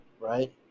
right